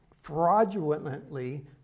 fraudulently